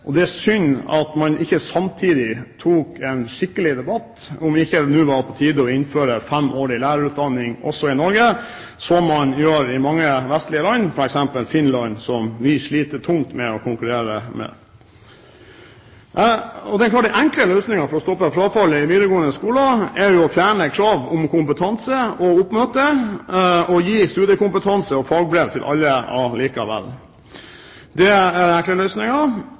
styrkes. Det er synd at man ikke samtidig tok en skikkelig debatt om hvorvidt det er på tide å innføre en femårig lærerutdanning også i Norge, slik mange vestlige land har, f.eks. Finland, som vi sliter tungt med å konkurrere med. Det er klart at en enkel løsning for å stoppe frafallet i videregående skole er å fjerne krav om kompetanse og oppmøte og allikevel gi studiekompetanse og fagbrev til alle. Det er